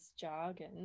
jargon